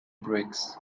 bricks